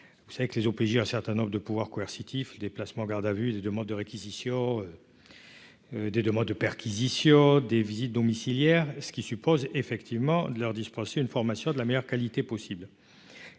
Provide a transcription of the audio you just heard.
vous savez que les OPJ, un certain nombre de pouvoirs coercitifs des placements en garde à vue des demandes de réquisition des deux mois de perquisitions des visites domiciliaires, ce qui suppose effectivement de leur dispenser une formation de la meilleure qualité possible